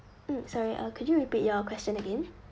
mm sorry uh could you repeat your question again